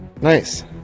Nice